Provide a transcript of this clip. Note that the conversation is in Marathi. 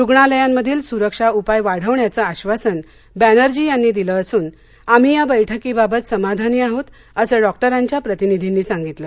रुग्णालयांमधील सुरक्षा उपाय वाढविण्याचं आधासन बॅनर्जी यांनी दिलं असून आम्ही या बैठकीबाबत समाधानी आहोत असं डॉक्टरांच्या प्रतिनिधींनी सांगितलं